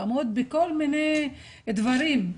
לעמוד בכל מיני דברים,